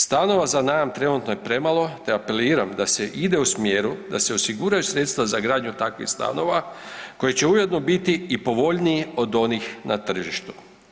Stanova za najam trenutno je premalo, te apeliram da se ide u smjeru da se osiguraju sredstva za gradnju takvih stanova koji će ujedno biti i povoljniji od onih na tržištu.